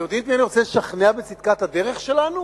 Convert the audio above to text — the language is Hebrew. אתם יודעים את מי אני רוצה לשכנע בצדקת הדרך שלנו?